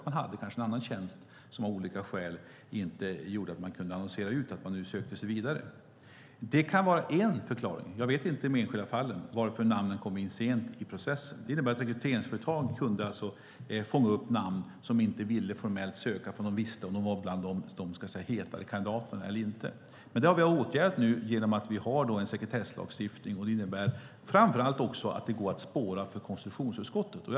Man hade kanske en annan tjänst som innebar att man av olika skäl inte kunde annonsera ut att man sökte sig vidare. Det kan vara en förklaring; jag vet inte hur det är i de enskilda fallen, varför namnen kom in sent i processen. Rekryteringsföretag kunde alltså fånga upp namn på personer som formellt inte ville söka förrän de visste om de var bland de hetare kandidaterna eller inte. Det har vi nu åtgärdat genom en sekretesslagstiftning. Den innebär att konstitutionsutskottet kan spåra det hela.